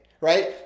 right